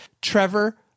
Trevor